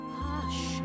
hush